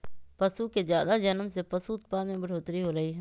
पशु के जादा जनम से पशु उत्पाद में बढ़ोतरी होलई ह